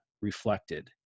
reflected